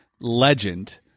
legend